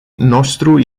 nostru